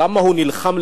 כמה הוא נלחם,